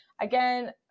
again